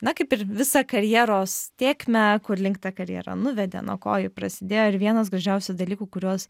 na kaip ir visą karjeros tėkmę kur link ta karjera nuvedė nuo ko ji prasidėjo ir vienas gražiausių dalykų kuriuos